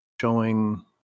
showing